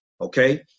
okay